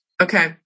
Okay